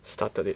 started it